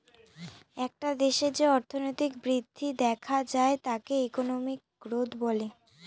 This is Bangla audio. একটা দেশে যে অর্থনৈতিক বৃদ্ধি দেখা যায় তাকে ইকোনমিক গ্রোথ বলে